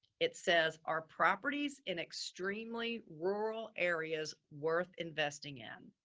it says are properties in extremely rural areas worth investing in.